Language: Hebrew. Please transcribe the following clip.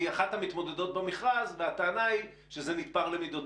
אחת המתמודדות במכרז והטענה היא שזה נתפר למידותיה.